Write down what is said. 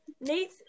Nate